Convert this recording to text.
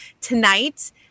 tonight